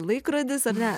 laikrodis ar ne